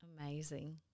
Amazing